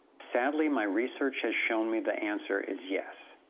sadly, my research has shown me the answer is yes.